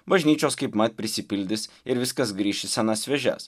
bažnyčios kaipmat prisipildys ir viskas grįš į senas vėžes